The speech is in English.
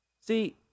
See